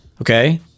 Okay